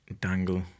Dangle